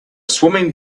swimming